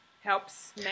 helps